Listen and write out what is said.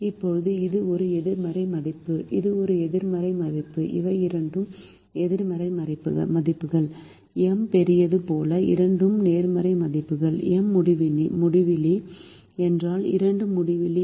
இப்போது இது ஒரு எதிர்மறை மதிப்பு இது ஒரு எதிர்மறை மதிப்பு இவை இரண்டும் நேர்மறை மதிப்புகள் M பெரியது போல இரண்டும் நேர்மறை மதிப்புகள் M முடிவிலி என்றால் இரண்டும் முடிவிலி